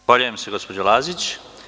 Zahvaljujem se, gospođo Lazić.